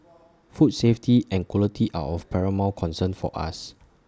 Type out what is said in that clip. food safety and quality are of paramount concern for us